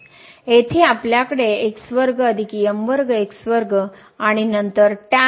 येथे आपल्याकडे आणि नंतर असेल